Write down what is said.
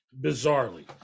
bizarrely